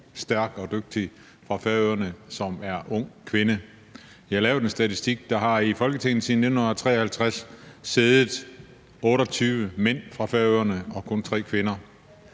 stærk og dygtig, fra Færøerne, som er en ung kvinde. Jeg har lavet en statistik: Der har i Folketinget siden 1953 siddet 28 mænd fra Færøerne og kun 3 kvinder,